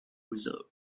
reserve